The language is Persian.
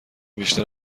بیشتر